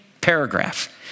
paragraph